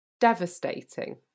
devastating